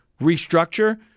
restructure